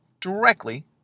directly